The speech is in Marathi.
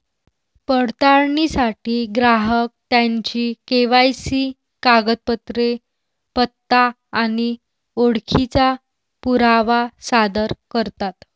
पडताळणीसाठी ग्राहक त्यांची के.वाय.सी कागदपत्रे, पत्ता आणि ओळखीचा पुरावा सादर करतात